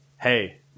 Hey